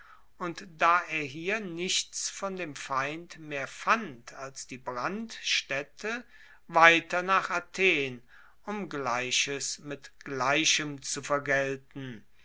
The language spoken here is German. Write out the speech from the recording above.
und da er hier nichts von dem feind mehr fand als die brandstaette weiter nach athen um gleiches mit gleichem zu vergelten